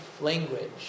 language